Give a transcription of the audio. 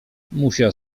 musiał